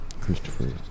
Christopher